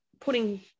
putting